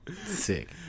Sick